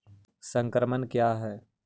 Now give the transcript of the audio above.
संक्रमण का है?